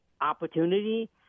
opportunity